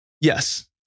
Yes